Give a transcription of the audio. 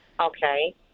Okay